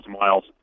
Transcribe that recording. miles